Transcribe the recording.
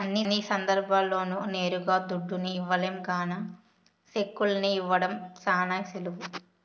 అన్ని సందర్భాల్ల్లోనూ నేరుగా దుడ్డుని ఇవ్వలేం గాన సెక్కుల్ని ఇవ్వడం శానా సులువు